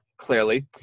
Clearly